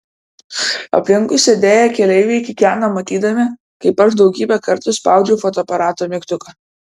aplinkui sėdėję keleiviai kikeno matydami kaip aš daugybę kartų spaudžiau fotoaparato mygtuką